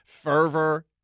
Fervor